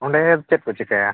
ᱚᱸᱰᱮ ᱪᱮᱫ ᱠᱚ ᱪᱤᱠᱟᱹᱭᱟ